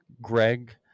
Greg